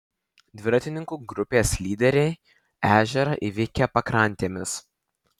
dviratininkų grupės lyderiai ežerą įveikė pakrantėmis